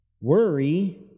Worry